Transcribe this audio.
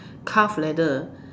calf leather